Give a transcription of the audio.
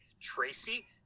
Tracy